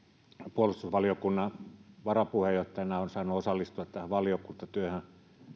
puolustusvaliokunnan varapuheenjohtajana olen saanut osallistua tähän valiokuntatyöhön